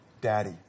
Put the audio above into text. Daddy